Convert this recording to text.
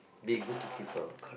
be good to people